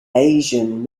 asian